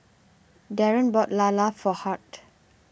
Daren bought lala for Hart